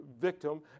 victim